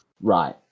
Right